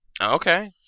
Okay